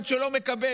הוא את שלו מקבל.